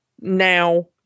now